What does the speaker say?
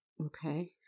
Okay